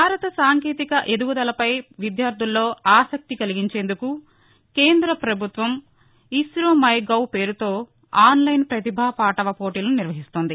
భారత సాంకేతిక ఎదుగుదలపై విద్యార్థుల్లో ఆసక్తి కలిగించేందుకు కేంద్ర ప్రభుత్వం ఇసో మై గౌ పేరుతో ఆన్లైన్ పతిభా పాటవ పోటీలను నిర్వహిస్తోంది